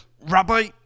Rabbi